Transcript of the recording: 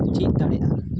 ᱪᱤᱫ ᱫᱟᱲᱮᱭᱟᱜᱼᱟ